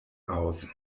aus